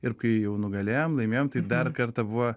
ir kai jau nugalėjom laimėjom tai dar kartą buvo